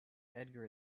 edgar